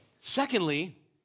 Secondly